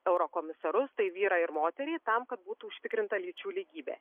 eurokomisarus tai vyrą ir moterį tam kad būtų užtikrinta lyčių lygybė